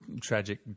tragic